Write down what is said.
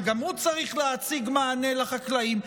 שגם הוא צריך להציג מענה לחקלאים,